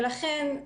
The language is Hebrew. ולכן,